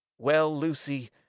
well, lucy,